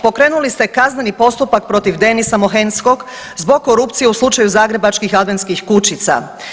Pokrenuli ste kazneni postupak protiv Denisa Mohenskog zbog korupcije u slučaju Zagrebačkih adventskih kućica.